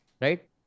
right